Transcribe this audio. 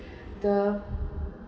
the